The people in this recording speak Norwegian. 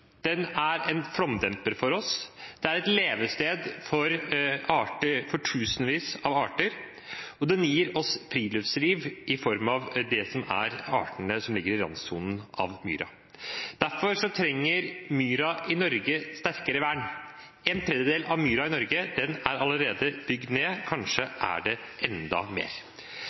en flomdemper for oss, den er et levested for tusenvis av arter, og den gir oss friluftsliv i form av det som er artene som ligger i randsonen av myra. Derfor trenger myra i Norge sterkere vern. En tredjedel av myra i Norge er allerede bygd ned. Kanskje er det enda mer.